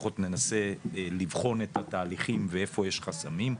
לפחות ננסה לבחון את התהליכים ואיפה יש חסמים.